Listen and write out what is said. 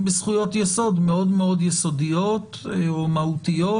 בזכויות יסוד מאוד מאוד יסודיות או מהותיות,